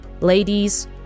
Ladies